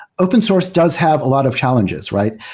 open source does have a lot of challenges, right?